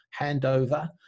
handover